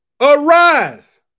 Arise